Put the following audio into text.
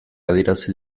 adierazi